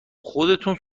خودتون